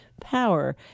power